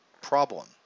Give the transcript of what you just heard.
problem